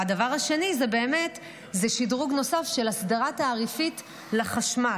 והדבר השני זה שדרוג נוסף של הסדרה תעריפית לחשמל.